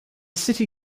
city